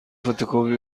فتوکپی